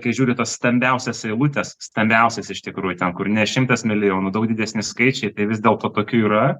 kai žiūriu tas stambiausias eilutes stambiausias iš tikrųjų ten kur ne šimtas milijonų daug didesni skaičiai tai vis dėlto kokių yra